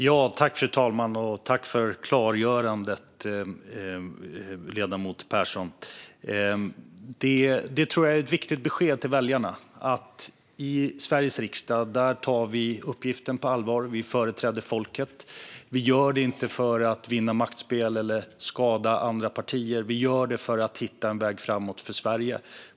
Fru talman! Jag tackar ledamoten Pehrson för klargörandet. Jag tror att det är ett viktigt besked till väljarna att vi i Sveriges riksdag tar uppgiften på allvar och företräder folket. Vi gör inte detta för att vinna maktspel eller skada andra partier, utan vi gör det för att hitta en väg framåt för Sverige.